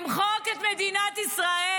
למחוק את מדינת ישראל.